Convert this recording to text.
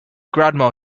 grandma